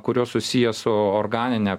kurios susiję su organine